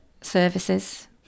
services